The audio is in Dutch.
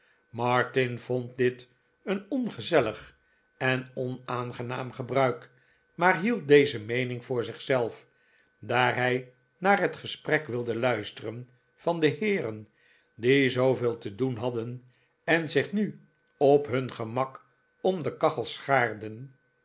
martin vond dit een ongezellig en onaangenaam gebruik maar hield deze meening voor zich zelf daar hij naar het gesprek wilde luisteren van de heeren die zooveel te doen hadden en zich nu op hun gemak om de kachel schaarden